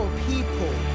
people